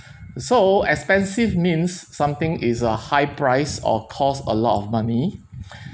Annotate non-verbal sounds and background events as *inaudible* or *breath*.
*breath* so expensive means something is uh high price or costs a lot of money *breath*